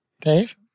Dave